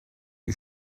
you